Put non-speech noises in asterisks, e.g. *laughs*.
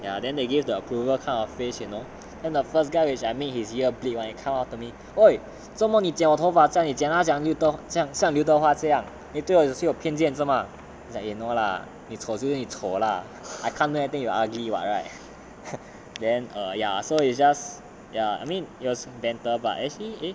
ya then they give the approval kind of face you know and the first guy which I made his ear bleed when you come after me !oi! 做么你剪我头发这样你剪他讲像刘德华这样你对我是有偏见是吗 like you know lah 你丑就是你丑 lah I can't do anything you ugly what right *laughs* then ah ya so it's just ya I mean yours is better but actually eh